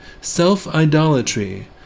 self-idolatry